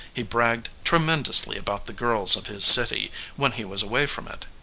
he bragged tremendously about the girls of his city when he was away from it.